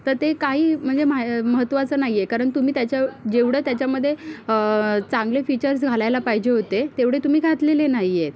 तर ते काही म्हणजे म्हाय महत्त्वाचं नाही आहे कारण तुम्ही त्याच्या जेवढं त्याच्यामध्ये चांगले फीचर्स घालायला पाहिजे होते तेवढे तुम्ही घातलेले नाही आहेत